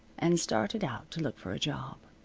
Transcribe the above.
and started out to look for a job.